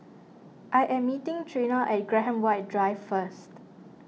I am meeting Trina at Graham White Drive first